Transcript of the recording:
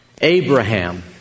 Abraham